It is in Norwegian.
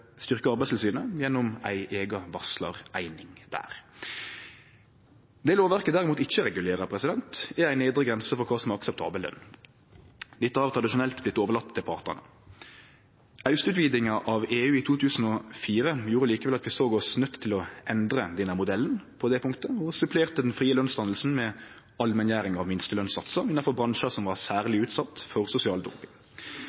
Arbeidstilsynet gjennom ei eiga varslareining der. Det lovverket derimot ikkje regulerer, er ei nedre grense for kva som er akseptabel løn. Dette har tradisjonelt vorte overlate til partane. Austutvidinga av EU i 2004 gjorde likevel at vi såg oss nøydde til å endre denne modellen på det punktet og supplerte den frie lønsdanninga med allmenngjering av minstelønssatsar innanfor bransjar som var